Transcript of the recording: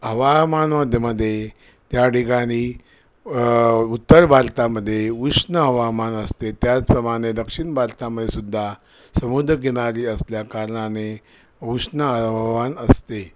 हवामानामध्ये मध्ये त्या ठिकाणी उत्तर भारतामध्ये उष्ण हवामान असते त्याचप्रमाणे दक्षिण भारतामध्ये सुद्धा समुद्रकिनारी असल्याकारणाने उष्ण हवामान असते